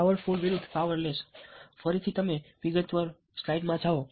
powerful વિરુદ્ધ powerless ફરીથી તમે વિગતવાર સ્લાઇડ્સમાં જાઓ